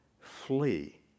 Flee